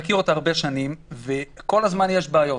כל הזמן יש בעיות